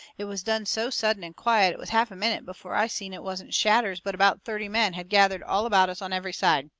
it was done so sudden and quiet it was half a minute before i seen it wasn't shadders but about thirty men had gathered all about us on every side.